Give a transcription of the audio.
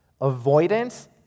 Avoidance